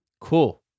Cool